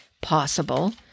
possible